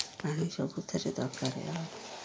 ପାଣି ସବୁଥିରେ ଦରକାର